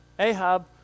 Ahab